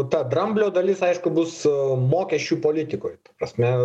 ta dramblio dalis aišku bus mokesčių politikoj ta prasme